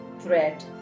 Thread